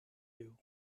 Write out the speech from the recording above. view